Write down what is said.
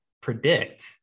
predict